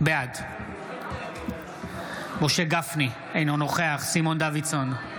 בעד משה גפני, אינו נוכח סימון דוידסון,